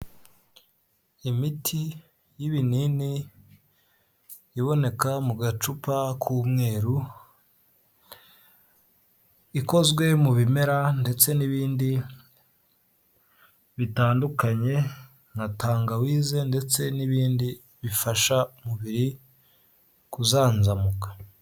Imiti y'ibinini iboneka mu gacupa k'umweru ikozwe mu bimera ndetse n'ibindi bitandukanye nka tangawise ndetse n'ibindi bifasha umubiri kuzanzamuka.